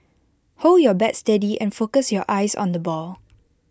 hold your bat steady and focus your eyes on the ball